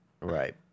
Right